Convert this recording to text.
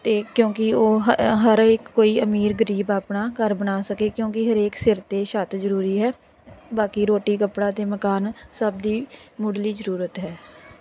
ਅਤੇ ਕਿਉਂਕਿ ਉਹ ਹ ਅ ਹਰ ਇੱਕ ਕੋਈ ਅਮੀਰ ਗਰੀਬ ਆਪਣਾ ਘਰ ਬਣਾ ਸਕੇ ਕਿਉਂਕਿ ਹਰੇਕ ਸਿਰ 'ਤੇ ਛੱਤ ਜ਼ਰੂਰੀ ਹੈ ਬਾਕੀ ਰੋਟੀ ਕੱਪੜਾ ਅਤੇ ਮਕਾਨ ਸਭ ਦੀ ਮੁੱਢਲੀ ਜ਼ਰੂਰਤ ਹੈ